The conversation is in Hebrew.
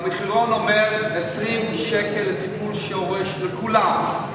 והמחירון אומר 20 שקלים לטיפול שורש לכולם,